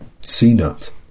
c-nut